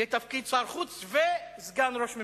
לתפקיד שר חוץ וסגן ראש ממשלה.